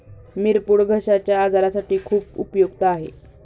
मिरपूड घश्याच्या आजारासाठी खूप उपयुक्त आहे